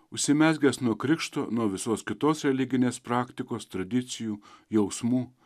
užsimezgęs nuo krikšto nuo visos kitos religinės praktikos tradicijų jausmų